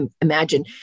imagine